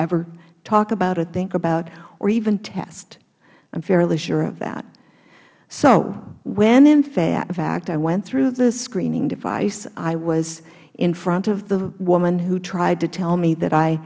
ever talk about or think about or even test i am fairly sure of that so when in fact i went through the screening device i was in front of the woman who tried to tell me that i